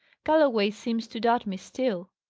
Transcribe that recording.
galloway seems to doubt me still.